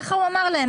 כך הוא אמר להם.